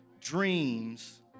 Dreams